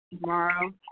tomorrow